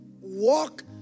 walk